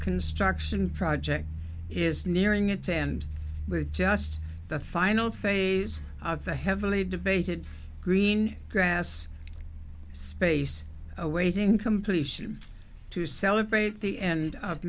construction project is nearing its end with just the final phase of the heavily debated green grass space awaiting completion to celebrate the end of